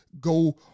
go